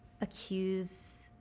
accuse